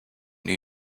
new